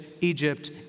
Egypt